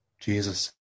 Jesus